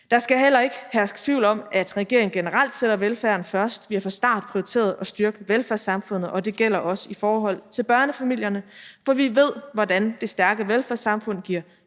Der skal heller ikke herske tvivl om, at regeringen generelt sætter velfærden først. Vi har fra start prioriteret at styrke velfærdssamfundet, og det gælder også i forhold til børnefamilierne, for vi ved, hvordan det stærke velfærdssamfund giver